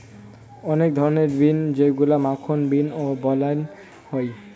আক ধরণের বিন যেইগুলা মাখন বিন ও বলাং হই